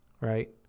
right